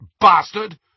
bastard